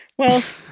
well,